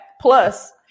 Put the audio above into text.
plus